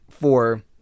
for-